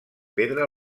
pedra